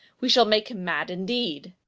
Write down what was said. we shall make him mad indeed.